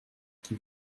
qui